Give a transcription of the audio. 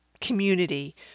community